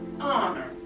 honor